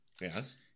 Yes